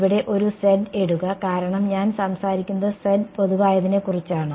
ഇവിടെ ഒരു z ഇടുക കാരണം ഞാൻ സംസാരിക്കുന്നത് z പൊതുവായതിനെക്കുറിച്ചാണ്